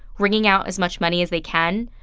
wringing out as much money as they can,